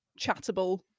chattable